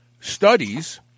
studies